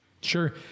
Sure